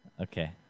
Okay